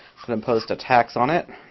but imposed a tax on it,